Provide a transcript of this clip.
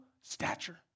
stature